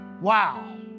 Wow